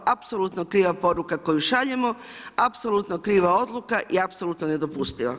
Apsolutno kriva poruka koju šaljemo, apsolutno kriva odluka i apsolutno nedopustivo.